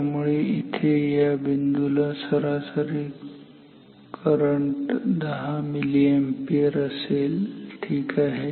त्यामुळे इथे या बिंदूला सरासरी करंट 10 मिली अॅम्पियर असेल ठीक आहे